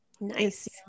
Nice